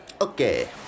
Okay